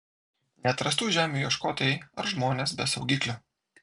neatrastų žemių ieškotojai ar žmonės be saugiklių